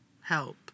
help